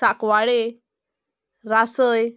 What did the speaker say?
साकवाडे रासय